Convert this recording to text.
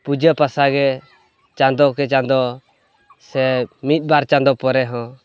ᱯᱩᱡᱟᱹ ᱯᱟᱥᱟ ᱜᱮ ᱪᱟᱸᱫᱚ ᱠᱮ ᱪᱟᱸᱫᱚ ᱥᱮ ᱢᱤᱫ ᱵᱟᱨ ᱪᱟᱸᱫᱚ ᱯᱚᱨᱮ ᱦᱚᱸ